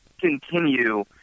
continue